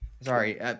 sorry